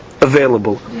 available